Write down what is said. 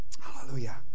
hallelujah